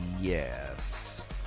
Yes